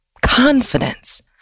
confidence